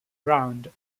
round